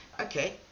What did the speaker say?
Okay